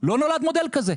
לא נולד מודל כזה.